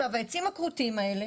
העצים הכרותים האלה